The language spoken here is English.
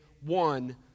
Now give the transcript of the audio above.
one